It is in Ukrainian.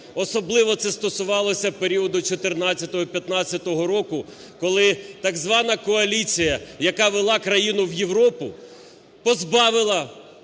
Особливо це стосувалося періоду 14-го і 15-го року, коли так звана коаліція, яка вела країну в Європу, позбавила